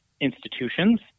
institutions